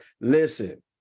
listen